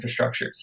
infrastructures